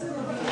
אתה צודק,